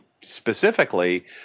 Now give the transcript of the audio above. specifically